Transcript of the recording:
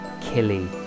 Killy